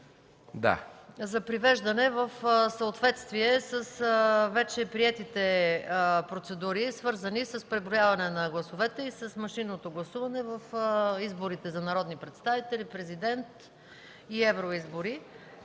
за привеждане в съответствие с вече приетите процедури, свързани с преброяване на гласовете и с машинното гласуване в изборите за народни представители, президент и евроизбори.